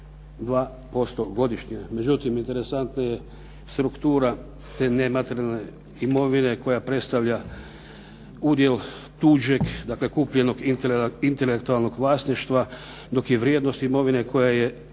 21,2% godišnje. Međutim, interesantna je struktura te nematerijalne imovine, koja predstavlja udjel tuđeg, dakle kupljenog intelektualnog vlasništva, dok je vrijednost imovine koja bi